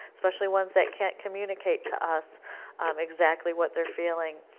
especially ones that can't communicate to us exactly what they are feeling.